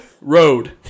road